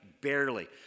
barely